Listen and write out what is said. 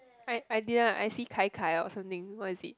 I I didn't I see Kai-Kai or something what is it